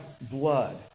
blood